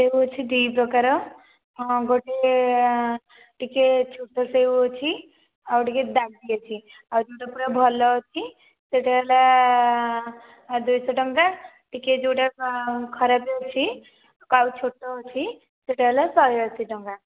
ସେଓ ଅଛି ଦୁଇ ପ୍ରକାର ଗୋଟେ ଟିକିଏ ଛୋଟ ସେଓ ଅଛି ଆଉ ଟିକେ ଆଉ ଯେଉଁଟା ପୁରା ଭଲ ଅଛି ସେଇଟା ହେଲା ଆ ଦୁଇ ଶହ ଟଙ୍କା ଟିକିଏ ଯେଉଁଟା ଖରାପ ଯାଉଛି ଆଉ ଛୋଟ ଅଛି ସେଟା ହେଲା ଶହେ ଅଶୀ ଟଙ୍କା